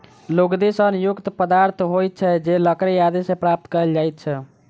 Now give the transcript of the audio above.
लुगदी सन युक्त पदार्थ होइत छै जे लकड़ी आदि सॅ प्राप्त कयल जाइत छै